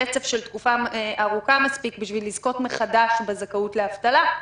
רצף של תקופה ארוכה מספיק כדי לזכות מחדש בזכאות לאבטלה,